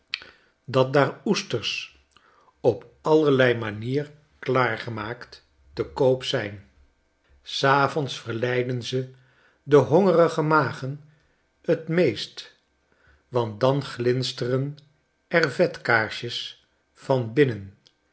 dat daar oesters op allerlei manier klaargemaakt te koop zijn s avonds verleiden ze de hongerige magen t meest want dan glinsteren er vetkaarsjes van binnen